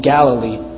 Galilee